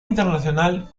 internacional